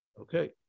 Okay